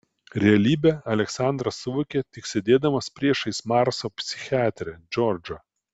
realybę aleksandras suvokė tik sėdėdamas priešais marso psichiatrę džordžą